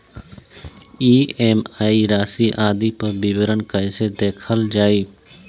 EMI राशि आदि पर विवरण कैसे देखल जाइ?